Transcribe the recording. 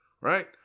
Right